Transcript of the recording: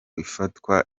ifatwa